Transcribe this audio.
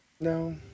No